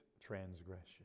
transgression